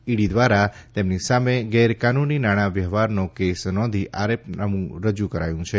ED ધ્વારા તેમની સામે ગેરકાનુની નાણાં વ્યવહારનો કેસ નોંધી આરોપનામું રજુ કરાયું છે